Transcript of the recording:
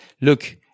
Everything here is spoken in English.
look